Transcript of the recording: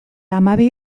hamabi